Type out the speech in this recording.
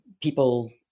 people